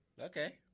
okay